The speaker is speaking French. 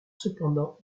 cependant